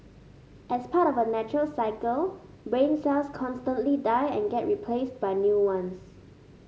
as part of a natural cycle brain cells constantly die and get replaced by new ones